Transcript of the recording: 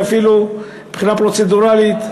ואפילו מבחינה פרוצדורלית,